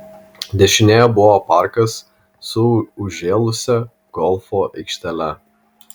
dešinėje buvo parkas su užžėlusia golfo aikštele